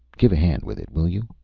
give a hand with it, will you?